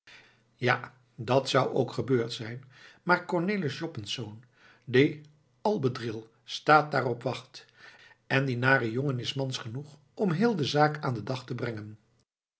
ja dat zou ook gebeurd zijn maar cornelis joppensz die albedril staat daar op wacht en die nare jongen is mans genoeg om heel de zaak aan den dag te brengen